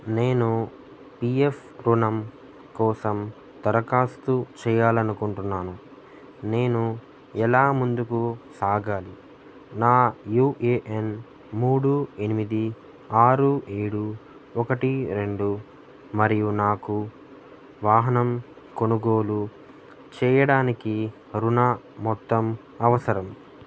నేను P F రుణం కోసం దరఖాస్తు చేయాలి అనుకుంటున్నాను నేను ఎలా ముందుకు సాగాలి నా యూ ఏ ఎన్ మూడు ఎనిమిది ఆరు ఏడు ఒకటి రెండు మరియు నాకు వాహనం కొనుగోలు చెయ్యడానికి రుణ మొత్తం అవసరం